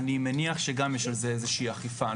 אני מניח שגם יש על זה איזושהי אכיפה.